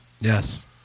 Yes